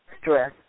stress